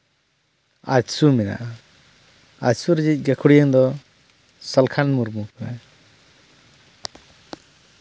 ᱟᱡᱽᱥᱩ ᱢᱮᱱᱟᱜᱼᱟ ᱟᱡᱽᱥᱩ ᱨᱮᱱᱤᱡ ᱜᱟᱹᱠᱷᱩᱲᱤᱭᱟᱹᱜ ᱫᱚ ᱥᱟᱞᱠᱷᱟᱱ ᱢᱩᱨᱢᱩ ᱠᱟᱱᱟᱭ